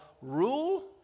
rule